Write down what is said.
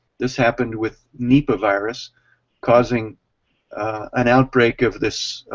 this happened with nepovirus causing an outbreak of this